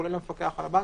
כולל המפקח על הבנקים.